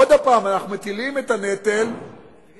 עוד פעם אנחנו מטילים את הנטל על